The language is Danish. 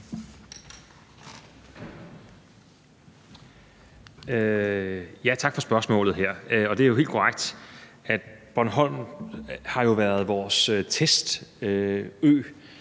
Tak for spørgsmålet her. Det er helt korrekt, at Bornholm jo har været vores testø,